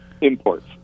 imports